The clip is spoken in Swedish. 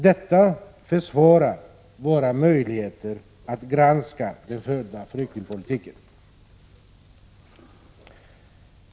Detta försvårar våra möjligheter att granska den förda flyktingpolitiken.